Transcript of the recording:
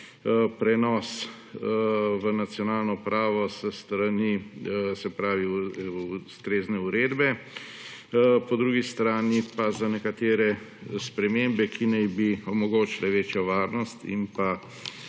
prenos v nacionalno pravo s strani ustrezne uredbe, po drugi strani pa za nekatere spremembe, ki naj bi omogočalevečjo varnost in